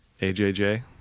AJJ